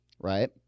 right